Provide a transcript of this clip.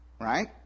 Right